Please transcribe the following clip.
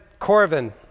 Corvin